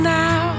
now